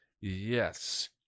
yes